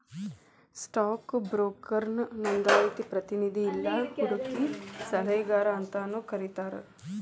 stock ಬ್ರೋಕರ್ನ ನೋಂದಾಯಿತ ಪ್ರತಿನಿಧಿ ಇಲ್ಲಾ ಹೂಡಕಿ ಸಲಹೆಗಾರ ಅಂತಾನೂ ಕರಿತಾರ